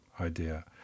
idea